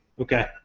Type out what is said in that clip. Okay